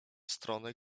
stronę